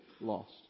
lost